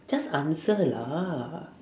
just answer lah